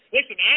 Listen